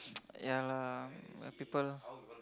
ya lah the people